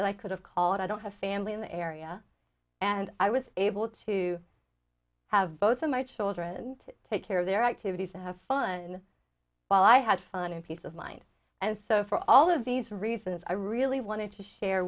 that i could have called i don't have family in the area and i was able to have both of my children to take care of their activities and have fun while i had fun and peace of mind and so for all of these reasons i really wanted to share